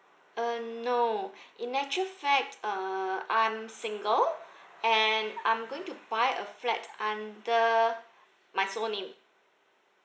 um no in actually fact uh I am single and I'm going to buy a flat under my sole name